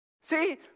See